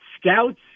scouts